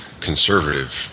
conservative